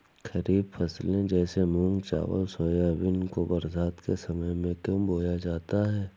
खरीफ फसले जैसे मूंग चावल सोयाबीन को बरसात के समय में क्यो बोया जाता है?